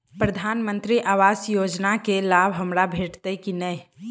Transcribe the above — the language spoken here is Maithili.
प्रधानमंत्री आवास योजना केँ लाभ हमरा भेटतय की नहि?